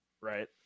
right